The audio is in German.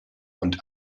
und